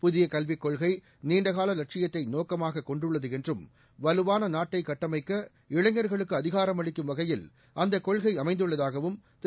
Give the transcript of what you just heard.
புதிய கல்விக் கொள்கை நீண்டகால லட்சியத்தை நோக்கமாக கொண்டுள்ளது என்றும் வலுவான நாட்டை கட்டமைக்க இளைஞர்களுக்கு அதிகாரமளிக்கும் வகையில் அந்த கொள்கை அமைந்துள்ளதாகவும் திரு